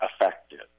effective